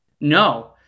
No